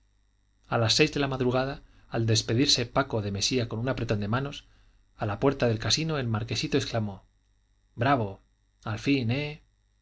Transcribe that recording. a las seis de la madrugada al despedirse paco de mesía con un apretón de manos a la puerta del casino el marquesito exclamó bravo al fin